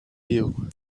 you